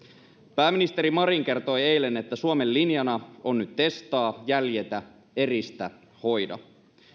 pääministeri marin kertoi eilen että suomen linjana on nyt testaa jäljitä eristä hoida